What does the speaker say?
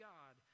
God